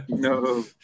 No